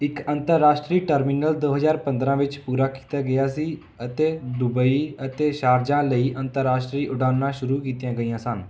ਇੱਕ ਅੰਤਰਰਾਸ਼ਟਰੀ ਟਰਮੀਨਲ ਦੋ ਹਜ਼ਾਰ ਪੰਦਰਾਂ ਵਿੱਚ ਪੂਰਾ ਕੀਤਾ ਗਿਆ ਸੀ ਅਤੇ ਦੁਬਈ ਅਤੇ ਸ਼ਾਰਜਾਹ ਲਈ ਅੰਤਰਰਾਸ਼ਟਰੀ ਉਡਾਨਾਂ ਸ਼ੁਰੂ ਕੀਤੀਆਂ ਗਈਆਂ ਸਨ